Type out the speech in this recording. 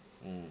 mm